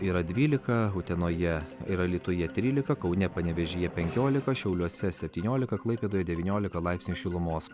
yra dvylika utenoje ir alytuje trylika kaune panevėžyje penkiolika šiauliuose septyniolika klaipėdoje devyniolika laipsnių šilumos